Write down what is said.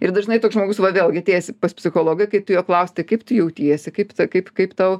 ir dažnai toks žmogus va vėlgi atėjęs pas psichologą kai tu jo klausi tai kaip tu jautiesi kaip kaip kaip tau